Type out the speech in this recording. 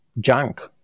junk